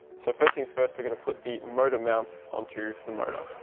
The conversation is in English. so first things first, we're going to put the motor mount onto the motor.